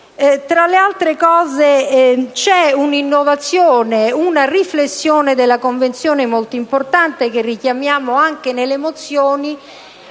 Tra l'altro, c'è un'innovazione, una riflessione della Convenzione molto importante, che richiamiamo anche nelle mozioni,